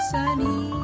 Sunny